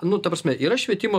nu ta prasme yra švietimo